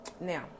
Now